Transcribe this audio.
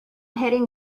heading